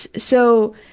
so,